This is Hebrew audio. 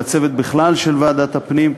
לצוות בכלל של ועדת הפנים,